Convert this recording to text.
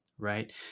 Right